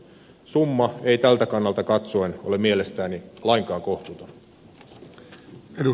summa ei tältä kannalta katsoen ole mielestäni lainkaan kohtuuton